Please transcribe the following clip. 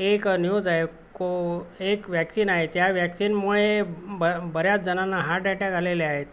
एक न्यूज आहे की एक वॅक्सिन आहे त्या वॅक्सिनमुळे ब बऱ्याच जणांना हार्ट अटॅक आलेल्या आहेत